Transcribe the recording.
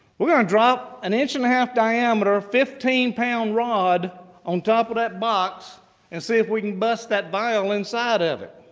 we're going to and drop an inch and a half diameter ah fifteen pound rod on top of that box and see if we can bust that vial inside of it.